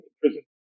prison